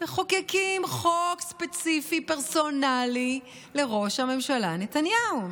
מחוקקים חוק ספציפי, פרסונלי, לראש הממשלה נתניהו.